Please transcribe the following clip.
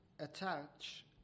attach